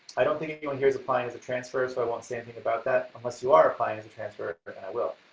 i don't think anyone here is applying as a transfer, so i won't say anything about that unless you are applying as a transfer and i will,